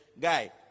Guy